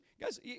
guys